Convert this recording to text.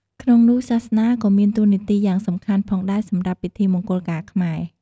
ក្នងនោះសាសនាក៏មានតួនាទីយ៉ាងសំខាន់ផងដែរសម្រាប់ពិធីមង្គលការខ្មែរ។